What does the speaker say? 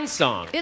song